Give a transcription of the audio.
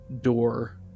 door